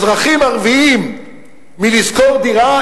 אזרחים ערבים מלשכור דירה,